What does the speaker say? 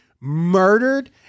murdered